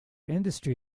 industry